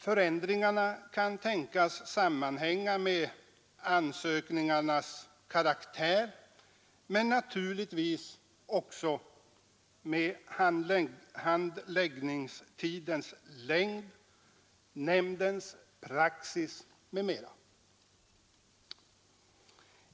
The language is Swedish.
Förändringarna kan tänkas sammanhänga med ansökningarnas karaktär men naturligtvis också med handläggningstidens längd, nämndens praxis m.m.